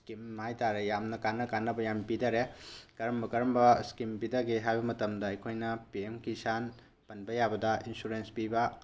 scheme ꯍꯥꯏꯇꯥꯔꯦ ꯌꯥꯝꯅ ꯀꯥꯟꯅ ꯀꯥꯟꯅꯕ ꯌꯥꯝ ꯄꯤꯊꯔꯦ ꯀꯔꯝ ꯀꯔꯝꯕ ꯁ꯭ꯀꯤꯝ ꯄꯦꯊꯒꯦ ꯍꯥꯏꯕ ꯃꯇꯝꯗ ꯑꯩꯈꯣꯏꯅ ꯄꯦ ꯑꯦꯝ ꯀꯤꯁꯥꯟ ꯄꯟꯕ ꯌꯥꯕꯗ ꯏꯟꯁꯨꯔꯦꯟꯁ ꯄꯤꯕ